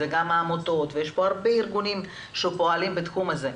גם העמותות ויש פה הרבה ארגונים שפועלים בתחום הזה,